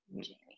Jamie